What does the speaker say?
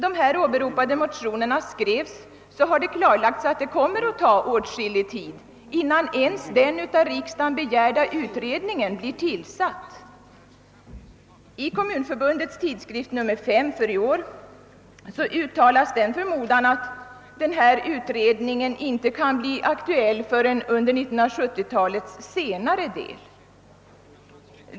Sedan åberopade motioner skrevs har det klarlagts' att det kommer 'att ta åtskillig tid innan ens den av riksdagen begärda utredningen blir tillsatt. I Kommunförbundets tidskrift nr 5 i år uttalades den förmodan att denna utredning inte kan bli aktuell förrän under 1970-talets senare del.